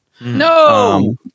No